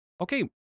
Okay